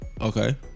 Okay